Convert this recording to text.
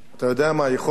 אתה יודע מה, יכול להיות,